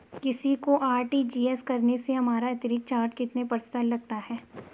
किसी को आर.टी.जी.एस करने से हमारा अतिरिक्त चार्ज कितने प्रतिशत लगता है?